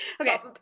Okay